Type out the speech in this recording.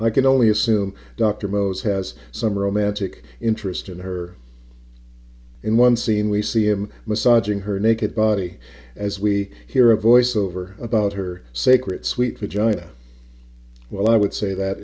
i can only assume dr mo's has some romantic interest in her in one scene we see him massaging her naked body as we hear a voice over about her secret suite for john well i would say that